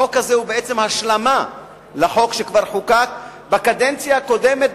החוק הזה הוא בעצם השלמה לחוק שכבר חוקק בקדנציה הקודמת.